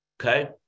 Okay